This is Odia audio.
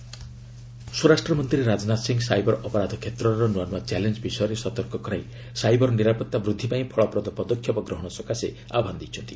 ରାଜନାଥ କ୍ରାଇମ୍ ସ୍ୱରାଷ୍ଟ୍ର ମନ୍ତ୍ରୀ ରାଜନାଥ ସିଂ ସାଇବର୍ ଅପରାଧ କ୍ଷେତ୍ରର ନୂଆ ନୂଆ ଚ୍ୟାଲେଞ୍ଜ୍ ବିଷୟରେ ସତର୍କ କରାଇ ସାଇବର ନିରାପତ୍ତା ବୃଦ୍ଧି ପାଇଁ ଫଳପ୍ରଦ ପଦକ୍ଷେପ ଗ୍ରହଣ ସକାଶେ ଆହ୍ୱାନ ଦେଇଛନ୍ତି